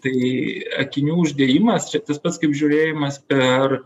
tai akinių uždėjimas čia tas pats kaip žiūrėjimas per